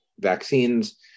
vaccines